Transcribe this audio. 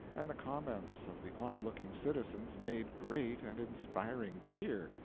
and the comments of the onlooking citizens made great and inspiring cheer,